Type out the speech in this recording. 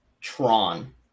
Tron